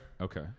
Okay